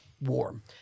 warm